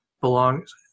belongs